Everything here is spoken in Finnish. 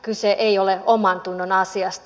kyse ei ole omantunnon asiasta